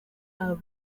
aba